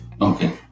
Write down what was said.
okay